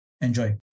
Enjoy